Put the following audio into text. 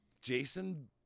Jason